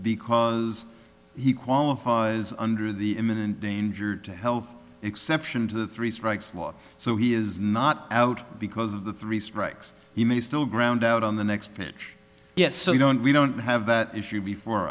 because he qualifies under the imminent danger to health exception to the three strikes law so he is not out because of the three strikes he may still ground out on the next pitch yes so we don't we don't have that issue before